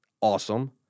awesome